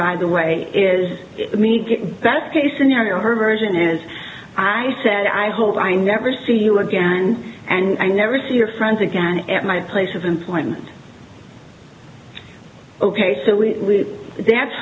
by the way is me get back case scenario her version is i said i hope i never see you again and i never see your friends again at my place of employment ok so we that's